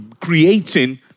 creating